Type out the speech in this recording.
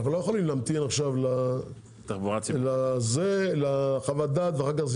אנחנו לא יכולים עכשיו להמתין לחוות הדעת ואחר כך זה